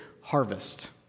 harvest